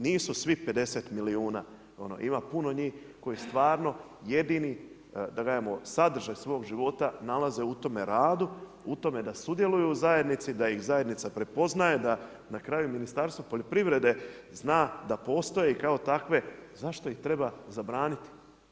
Nisu svi 50 milijuna, ima puno njih koji stvarni jedini da kažemo sadržaj svog života nalaze u tome radu, u tome da sudjeluju u zajednici, da ih zajednica prepoznaje, da na kraju Ministarstvo poljoprivrede zna da postoje kao takve, zašto ih treba zabraniti?